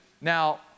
Now